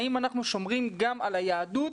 האם אנחנו שומרים גם על היהדות